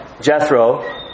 Jethro